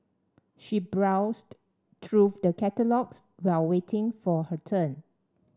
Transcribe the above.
she browsed through the catalogues while waiting for her turn